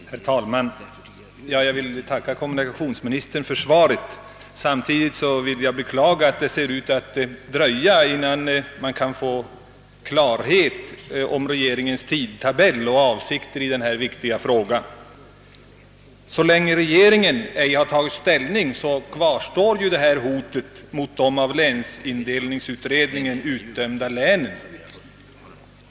Herr talman! Jag ber att få tacka kommunikationsministern för svaret. Samtidigt beklagar jag att det ser ut att dröja innan vi får klarhet om när regeringen kommer att ta ställning i denna viktiga fråga. Så länge regeringen inte har gjort det kvarstår hotet mot de av länsindelningsutredningen utdömda länen.